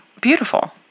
Beautiful